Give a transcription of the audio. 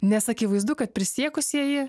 nes akivaizdu kad prisiekusieji